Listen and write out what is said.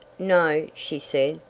no, she said,